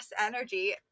energy